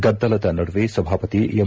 ಗದ್ದಲದ ನಡುವೆ ಸಭಾಪತಿ ಎಂ